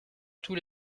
tous